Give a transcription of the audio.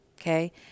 okay